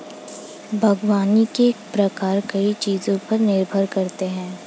बागवानी के प्रकार कई चीजों पर निर्भर करते है